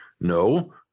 No